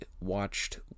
watched